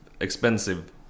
expensive